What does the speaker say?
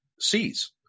sees